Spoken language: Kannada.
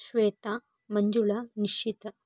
ಶ್ವೇತಾ ಮಂಜುಳ ನಿಶ್ಚಿತ